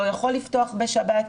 לא יכול לפתוח בשבת.